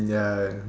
ya